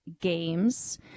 games